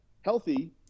healthy